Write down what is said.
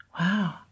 wow